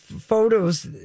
photos